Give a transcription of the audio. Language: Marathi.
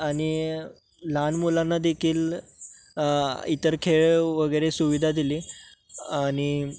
आणि लहान मुलांना देखील इतर खेळ वगैरे सुविधा दिली आणि